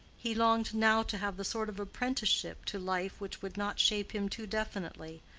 he longed now to have the sort of apprenticeship to life which would not shape him too definitely,